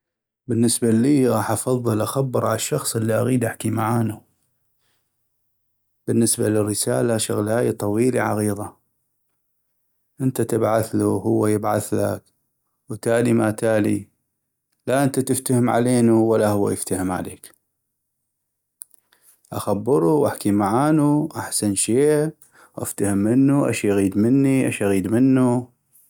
بالنسبة اللي غاح أفضل أخبر عالشخص اللي اغيد احكي معانو ، بالنسبة للرسالة شغلاي طويلي عغيضا ، انت تبعثلو وهو يبعثلك وتالي ما تالي لا انت تفتهم علينو ولا هو يفتهم عليك ، اخبرو وحكي معانو احسن شي وافتهم منو اشيغيد مني اشغيد منو.